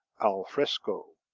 al fresco.